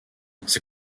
c’est